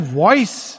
voice